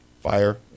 Fire